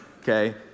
Okay